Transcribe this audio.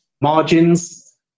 Margins